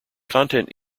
content